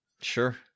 Sure